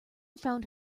found